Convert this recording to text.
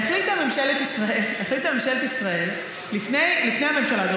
החליטה ממשלת ישראל לפני הממשלה הזאת,